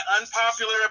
unpopular